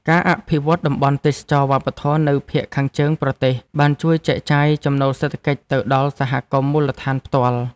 ការអភិវឌ្ឍតំបន់ទេសចរណ៍វប្បធម៌នៅភាគខាងជើងប្រទេសបានជួយចែកចាយចំណូលសេដ្ឋកិច្ចទៅដល់សហគមន៍មូលដ្ឋានផ្ទាល់។